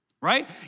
right